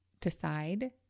decide